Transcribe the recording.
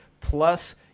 plus